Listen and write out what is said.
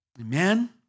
Amen